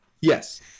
yes